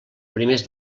primers